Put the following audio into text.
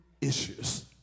issues